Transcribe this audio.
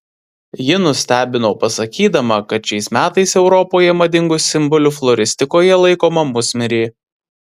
ji nustebino pasakydama kad šiais metais europoje madingu simboliu floristikoje laikoma musmirė